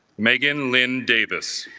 megan linda vez